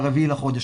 ב-4 בחודש.